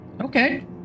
Okay